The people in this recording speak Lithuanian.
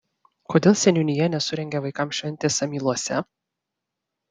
kodėl seniūnija nesurengė vaikams šventės samyluose